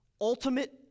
Ultimate